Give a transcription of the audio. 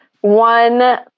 one